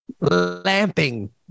lamping